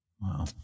Wow